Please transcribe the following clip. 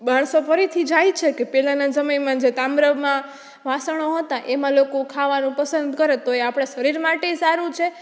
માણસો ફરીથી જાય છે કે પેલાના સમયમાં જો તાંબ્રમાં વાસણો હતાં એમાં લોકો ખાવાનું પસંદ કરે તો એ આપણે શરીર માટેય સારું છે